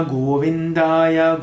Govindaya